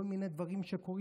על כל מיני דברים שקורים,